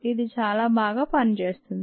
ఇది చాలా బాగా పనిచేస్తుంది